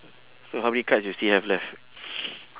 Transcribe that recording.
so how many cards you still have left